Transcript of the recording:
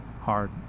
hard